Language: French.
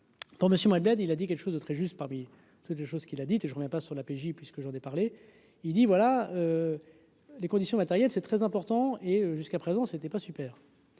Pour Monsieur Mohamed, il a dit quelque chose de très juste parmi toutes les choses qu'il l'a dit et je reviens pas sur la PJ puisque j'en ai parlé, il dit voilà les conditions matérielles, c'est très important, et jusqu'à présent c'était pas super.